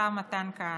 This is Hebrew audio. השר מתן כהנא.